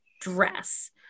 dress